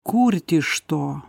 kurti iš to